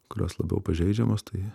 kurios labiau pažeidžiamos tai